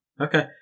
Okay